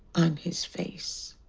on his face.